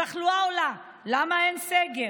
התחלואה עולה, למה אין סגר?